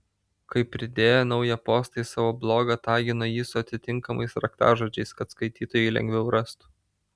kai pridėjo naują postą į savo blogą tagino jį su atitinkamais raktažodžiais kad skaitytojai lengviau rastų